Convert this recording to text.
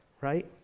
right